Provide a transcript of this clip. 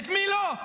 את מי לא?